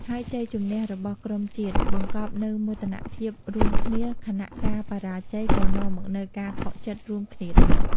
ហើយជ័យជម្នះរបស់ក្រុមជាតិ បង្កប់នូវមោទនភាពរួមគ្នា ខណៈការបរាជ័យក៏នាំមកនូវការខកចិត្តរួមគ្នាដែរ។